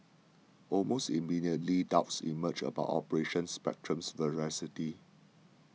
almost immediately doubts emerged about Operation Spectrum's veracity